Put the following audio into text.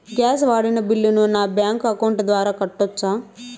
Gas వాడిన బిల్లును నా బ్యాంకు అకౌంట్ ద్వారా కట్టొచ్చా?